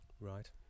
right